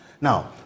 Now